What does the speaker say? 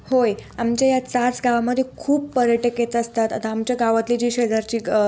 होय आमच्या या चाच गावामध्ये खूप पर्यटक येत असतात आता आमच्या गावातले जी शेजारची